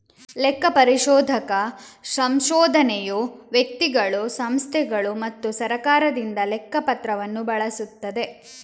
ಲೆಕ್ಕ ಪರಿಶೋಧಕ ಸಂಶೋಧನೆಯು ವ್ಯಕ್ತಿಗಳು, ಸಂಸ್ಥೆಗಳು ಮತ್ತು ಸರ್ಕಾರದಿಂದ ಲೆಕ್ಕ ಪತ್ರವನ್ನು ಬಳಸುತ್ತದೆ